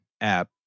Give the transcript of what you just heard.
app